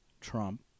Trump